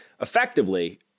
effectively